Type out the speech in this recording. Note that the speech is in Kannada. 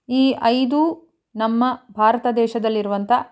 ಈ ಐದೂ ನಮ್ಮ ಭಾರತ ದೇಶದಲ್ಲಿರುವಂಥ